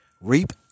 reap